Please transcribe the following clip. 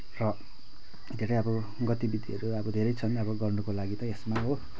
र धेरै अब गतिविधिहरू अब धेरै छन् अब गर्नको लागि त यसमा हो